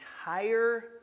entire